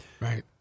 Right